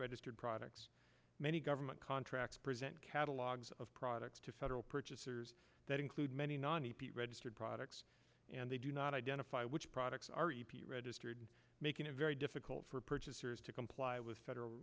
registered products many government contracts present catalogs of products to federal purchasers that include many non epeat registered products and they do not identify which products are e p a registered making it very difficult for purchasers to comply with federal